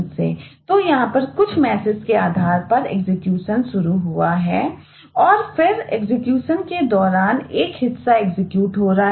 तो यहां पर कुछ मैसेज के आधार पर एग्जीक्यूशन शुरू हुआ है